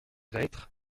reîtres